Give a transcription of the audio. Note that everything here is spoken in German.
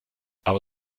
aber